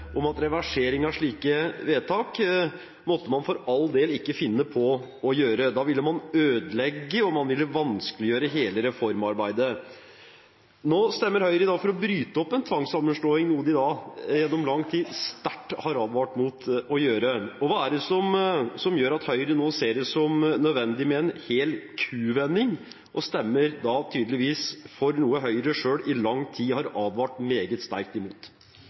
om at reversering av slike vedtak måtte man for all del ikke finne på å gjøre. Da ville man ødelegge, og man ville vanskeliggjøre hele reformarbeidet. I dag stemmer Høyre for å bryte opp en tvangssammenslåing, noe de gjennom lang tid sterkt har advart mot å gjøre. Hva er det som gjør at Høyre nå ser det som nødvendig med en total kuvending – og tydeligvis stemmer for noe Høyre selv i lang tid har advart meget sterkt imot?